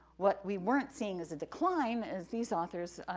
what we weren't seeing as a decline is these authors,